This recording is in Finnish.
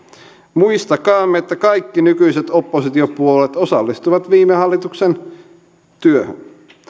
muistakaamme että kaikki nykyiset oppositiopuolueet osallistuivat viime hallituksen työhön